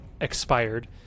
expired